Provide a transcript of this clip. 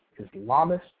Islamist